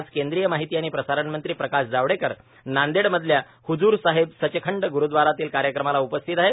आज केंद्रीय माहिती आणि प्रसारणमंत्री प्रकाश जावडेकर नांदेडमधल्या हज्रसाहेब सचखंड गुरुद्वारातील कार्यक्रमाला उपस्थित आहेत